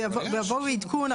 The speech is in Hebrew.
ויבואו לעדכון,